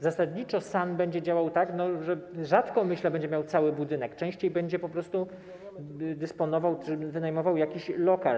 Zasadniczo SAN będzie działał tak, że rzadko, myślę, będzie miał cały budynek, częściej będzie po prostu dysponował czy wynajmował jakiś lokal.